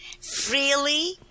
freely